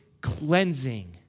cleansing